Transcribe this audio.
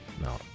No